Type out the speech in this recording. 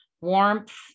warmth